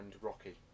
Rocky